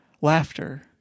laughter